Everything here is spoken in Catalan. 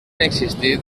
existit